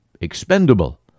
expendable